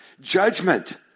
Judgment